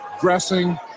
dressing